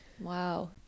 Wow